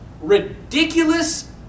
ridiculous